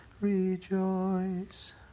Rejoice